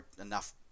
enough